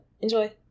Enjoy